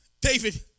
David